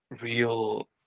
real